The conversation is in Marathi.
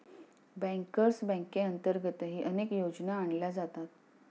बँकर्स बँकेअंतर्गतही अनेक योजना आणल्या जातात